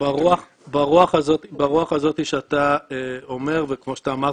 --- ברוח הזאת שאתה אומר וכמו שאתה אמרת,